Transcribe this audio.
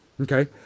okay